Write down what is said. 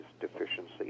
deficiency